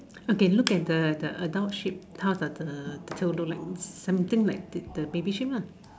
okay look at the the adult sheep how does the tail look like something like the baby sheep lah